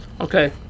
Okay